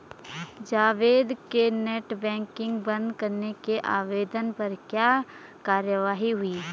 जावेद के net banking बंद करने के आवेदन पर क्या कार्यवाही हुई?